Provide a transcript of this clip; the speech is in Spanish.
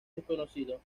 desconocido